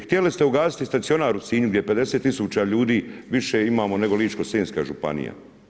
Htjeli ste ugasit i stacionar u Sinju gdje 50 tisuća ljudi više imamo nego Ličko-senjska županija.